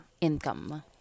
income